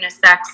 unisex